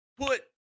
put